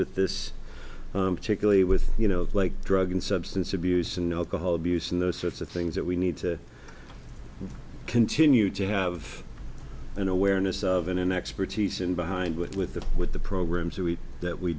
with this particularly with you know like drug and substance abuse and the whole busa and those sorts of things that we need to continue to have an awareness of an expertise in behind with with the with the programs that we